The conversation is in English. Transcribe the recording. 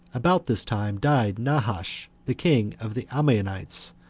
about this time died nahash, the king of the ammonites,